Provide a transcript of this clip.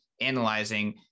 analyzing